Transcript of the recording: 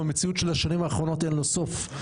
במציאות של השנים האחרונות אין לו סוף.